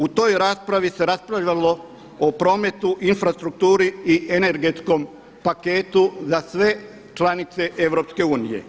U toj raspravi se raspravljalo o prometu, infrastrukturi i energetskom paketu za sve članice EU.